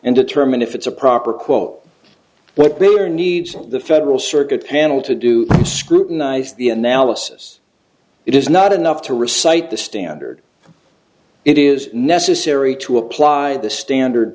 and determine if it's a proper quote what will or needs the federal circuit panel to do scrutinize the analysis it is not enough to recite the standard it is necessary to apply the standard